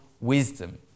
wisdom